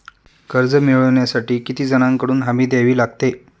कर्ज मिळवण्यासाठी किती जणांकडून हमी द्यावी लागते?